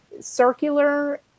circular